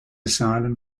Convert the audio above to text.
asylum